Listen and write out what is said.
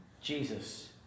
Jesus